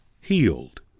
healed